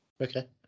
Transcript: Okay